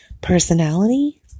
personality